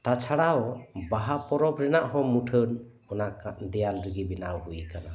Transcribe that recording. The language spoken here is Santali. ᱛᱟᱪᱷᱟᱲᱟᱣ ᱵᱟᱦᱟ ᱯᱚᱨᱚᱵᱽ ᱨᱮᱱᱟᱜ ᱦᱚᱸ ᱢᱩᱴᱷᱟᱹᱱ ᱚᱱᱟ ᱠᱟᱸᱛ ᱫᱮᱭᱟᱞ ᱨᱮᱜᱮ ᱵᱮᱱᱟᱣ ᱦᱳᱭ ᱟᱠᱟᱱᱟ